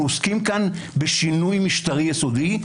אנחנו עוסקים כאן בשינוי משטרי יסודי,